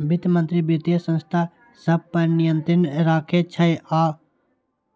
वित्त मंत्री वित्तीय संस्था सभ पर नियंत्रण राखै छै आ